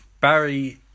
Barry